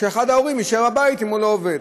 שאחד ההורים יישאר בבית אם הוא לא עובד.